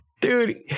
Dude